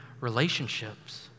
relationships